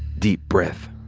deep breath.